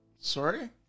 Sorry